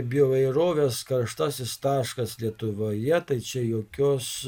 bioįvairovės karštasis taškas lietuvoje tai čia jokios